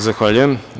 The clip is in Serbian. Zahvaljujem.